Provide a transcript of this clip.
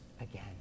again